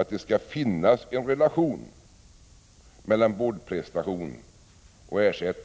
att det skall finnas en relation mellan vårdprestation och ersättning.